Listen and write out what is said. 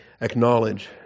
acknowledge